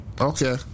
Okay